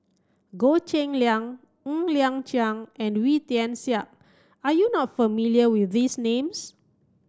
Goh Cheng Liang Ng Liang Chiang and Wee Tian Siak are you not familiar with these names